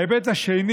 ההיבט השני